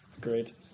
Great